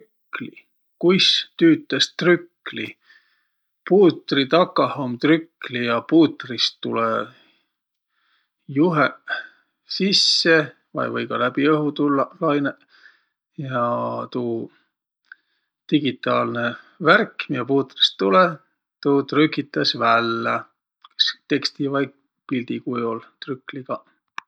Kuis tüütäs trükli? Puutri takah um trükli ja puutrist tulõ juheq sisse vai või ka läbi õhu tullaq lainõq. Ja tuu digitaalnõ värk, miä puutrist tulõ, tuu trükitäs vällä kas teksti vai pildi kujol trükligaq.